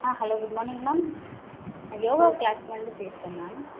ஆ hello good morning ma'am நான் யோகா க்ளாஸ்லருந்து பேசுகிறோம் மேம்